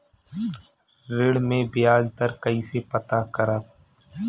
ऋण में बयाज दर कईसे पता करब?